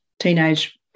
teenage